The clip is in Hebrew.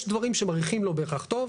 יש דברים שמריחים לא בהכרח טוב.